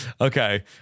Okay